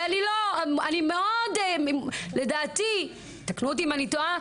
ואני מאוד לדעתי תקנו אותי אם אני טועה,